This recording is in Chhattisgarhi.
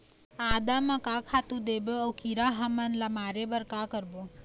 आदा म का खातू देबो अऊ कीरा हमन ला मारे बर का करबो?